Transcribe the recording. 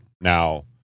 Now